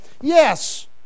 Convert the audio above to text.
Yes